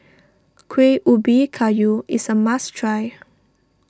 Kuih Ubi Kayu is a must try